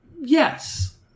Yes